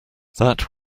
that